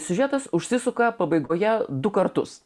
siužetas užsisuka pabaigoje du kartus